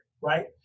right